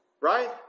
right